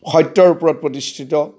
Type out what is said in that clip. সত্যৰ ওপৰত প্ৰতিষ্ঠিত